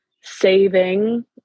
saving